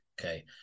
okay